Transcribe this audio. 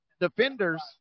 defenders